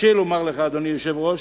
לומר לך, אדוני היושב-ראש,